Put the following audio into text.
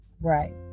right